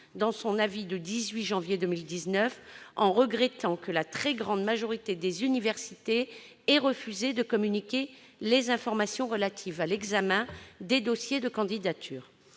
dans son avis du 18 janvier 2019, en regrettant que la très grande majorité des universités ait refusé de communiquer les informations relatives à l'examen des dossiers de candidature.